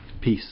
Peace